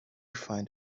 find